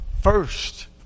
first